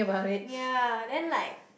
ya then like